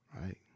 right